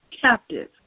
captive